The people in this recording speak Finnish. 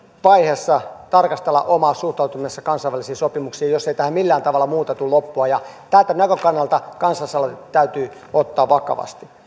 vaiheessa tarkastella omaa suhtautumistaan kansainvälisiin sopimuksiin jos ei tähän millään tavalla muuten tule loppua tältä näkökannalta kansalaisaloite täytyy ottaa vakavasti